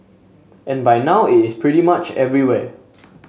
and by now it is pretty much everywhere